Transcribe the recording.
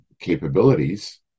capabilities